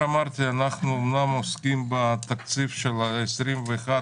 אמרתי שאנחנו אומנם עוסקים בתקציב של 2022-2021,